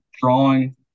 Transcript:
drawing